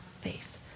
faith